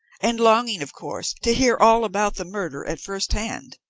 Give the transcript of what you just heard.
and longing, of course, to hear all about the murder at first hand.